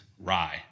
rye